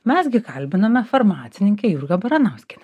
mes gi kalbiname farmacininkę jurgą baranauskienę